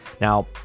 Now